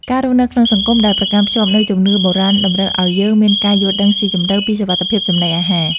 ការរស់នៅក្នុងសង្គមដែលប្រកាន់ភ្ជាប់នូវជំនឿបុរាណតម្រូវឱ្យយើងមានការយល់ដឹងស៊ីជម្រៅពីសុវត្ថិភាពចំណីអាហារ។